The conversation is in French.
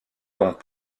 compte